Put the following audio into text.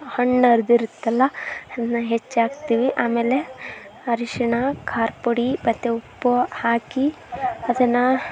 ಹಣ್ಣು ಅರೆದಿರುತ್ತಲ ಅದನ್ನ ಹೆಚ್ಚಾಕ್ತೀವಿ ಆಮೇಲೆ ಅರಿಶಿಣ ಖಾರಪುಡಿ ಮತ್ತು ಉಪ್ಪು ಹಾಕಿ ಅದನ್ನು